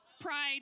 pride